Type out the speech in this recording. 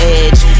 edge